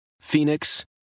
Phoenix